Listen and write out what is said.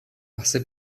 pasé